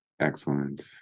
Excellent